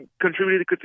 contributed